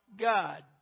God